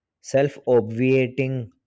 self-obviating